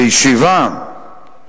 בישיבה של